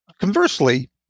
Conversely